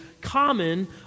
common